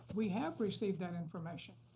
we have received that information.